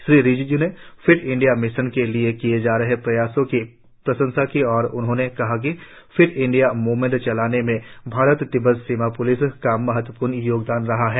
श्री रिजिजू ने fit India mission के लिए किए जा रहे प्रयासों की प्रशंसा की और उन्होंने कहा कि फिट इंडिया मूवमेंट चलाने में भारत तिब्बत सीमा प्लिस का महत्वपूर्ण योगदान रहा है